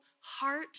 heart